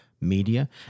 Media